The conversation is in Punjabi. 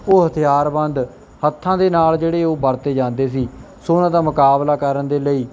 ਉਹ ਹਥਿਆਰਬੰਦ ਹੱਥਾਂ ਦੇ ਨਾਲ ਜਿਹੜੇ ਉਹ ਵਰਤੇ ਜਾਂਦੇ ਸੀ ਸੋ ਉਹਨਾਂ ਦਾ ਮੁਕਾਬਲਾ ਕਰਨ ਦੇ ਲਈ